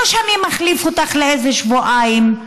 לא שאני מחליף אותך לאיזה שבועיים,